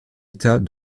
état